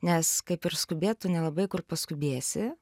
nes kaip ir skubėt tu nelabai kur paskubėsi